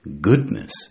Goodness